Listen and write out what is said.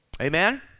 Amen